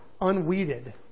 unweeded